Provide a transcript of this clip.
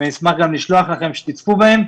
אני אשמח גם לשלוח לכם שתצפו בהם,